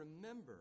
remember